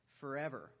forever